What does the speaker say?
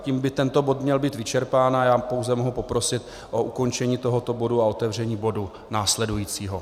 Tím by tento bod měl být vyčerpán a já pouze mohu poprosit o ukončení tohoto bodu a otevření bodu následujícího.